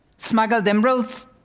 smuggled emeralds,